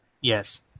Yes